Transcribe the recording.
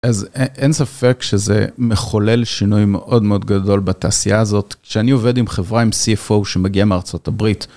אז אין ספק שזה מחולל שינוי מאוד מאוד גדול בתעשייה הזאת. שאני עובד עם חברה עם CFO שמגיע מארה״ב,